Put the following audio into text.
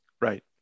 Right